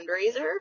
fundraiser